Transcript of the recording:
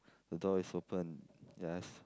the door is open yes